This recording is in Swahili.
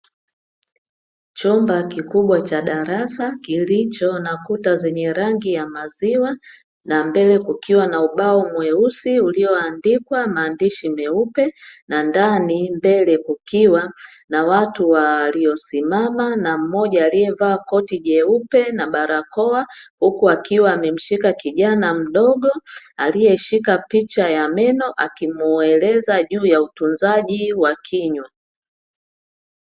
Chumba kikubwa cha darasa kilicho na kuta zenye rangi ya maziwa, na mbele kukiwa na ubao mweusi ulioandikwa maandishi meupe, na ndani tuwalio simama na mmoja aliyevaa koti jeupe na barakoa, huku akiwa amemshika kijana mdogo aliyeshika picha ya meno akimueleza juu ya utunzaji wa kinywa.